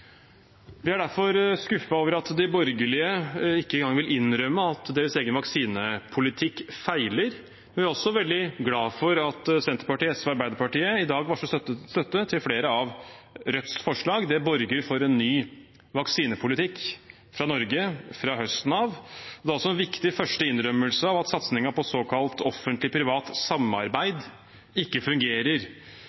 Vi er derfor skuffet over at de borgerlige ikke engang vil innrømme at deres egen vaksinepolitikk feiler, men vi er også veldig glad for at Senterpartiet, SV og Arbeiderpartiet i dag varsler støtte til flere av Rødts forslag. Det borger for en ny vaksinepolitikk fra Norge fra høsten av. Det er også en viktig første innrømmelse av at satsingen på såkalt